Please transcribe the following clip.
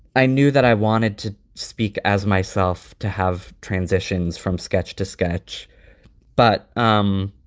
i knew that i wanted to speak as myself to have transitions from sketch to sketch but um